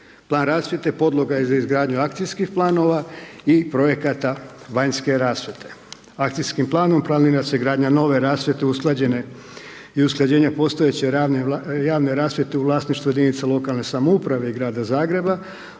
Plan rasvjete podloga je za izgradnju akcijskih planova i projekata vanjske rasvjete. Akcijskim planom planira se gradnja nove rasvjete usklađene i usklađenja postojeće javne rasvjete u vlasništvu jedinica lokalne samouprave i grada Zagreba,